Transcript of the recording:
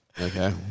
Okay